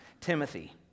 Timothy